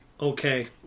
Okay